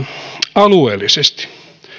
alueellisesti